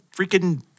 freaking